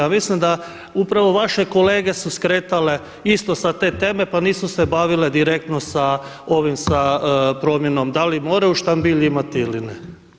Mislim da upravo vaše kolege su skretale isto sa te teme pa nisu se bavile direktno sa ovim sa promjenom, da li moraju štambilj imati ili ne.